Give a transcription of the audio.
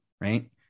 right